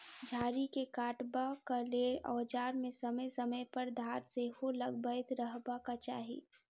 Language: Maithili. झाड़ी के काटबाक लेल औजार मे समय समय पर धार सेहो लगबैत रहबाक चाही